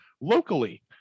locally